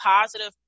positive